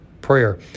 Prayer